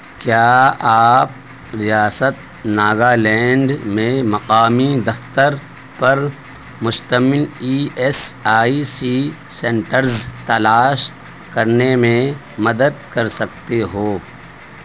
کیا آپ ریاست ناگالینڈ میں مقامی دفتر پر مشتمل E S I C centres تلاش کرنے میں مدد کر سکتے ہو